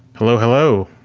hello. hello.